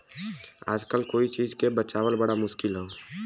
आजकल कोई चीज के बचावल बड़ा मुश्किल हौ